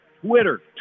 Twitter